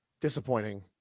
disappointing